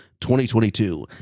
2022